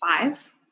five